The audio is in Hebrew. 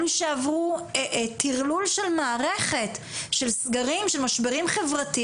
אלו שעברו טרלול של מערכת, של סגרים,